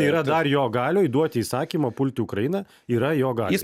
yra dar jo galioj duoti įsakymą pulti ukrainą yra jo galioj